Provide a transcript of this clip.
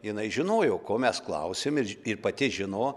jinai žinojo ko mes klausėm ir ir pati žino